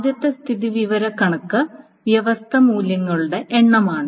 ആദ്യത്തെ സ്ഥിതിവിവരക്കണക്ക് വ്യത്യസ്ത മൂല്യങ്ങളുടെ എണ്ണമാണ്